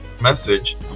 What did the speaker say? message